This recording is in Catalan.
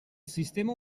sistema